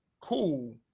cool